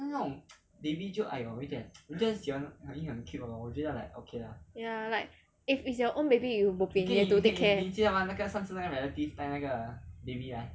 ya like if its your own baby you bopian you have to take care